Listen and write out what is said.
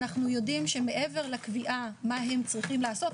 אנחנו יודעים שמעבר לקביעה מה הם צריכים לעשות,